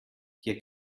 hier